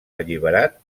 alliberat